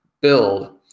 build